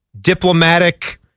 diplomatic